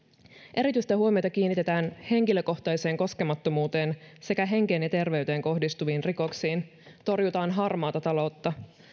erityistä huomiota kiinnitetään henkilökohtaiseen koskemattomuuteen sekä henkeen ja terveyteen kohdistuviin rikoksiin torjutaan harmaata taloutta